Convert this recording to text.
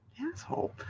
asshole